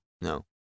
No